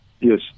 Yes